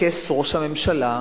לכס ראש הממשלה,